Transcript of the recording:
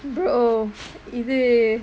bro இது:ithu